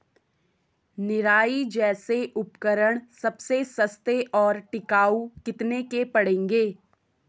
निराई जैसे उपकरण सबसे सस्ते और टिकाऊ कितने के पड़ेंगे?